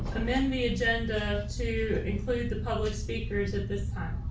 amend the agenda to include the public speakers at this time.